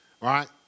Right